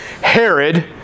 Herod